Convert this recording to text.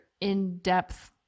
in-depth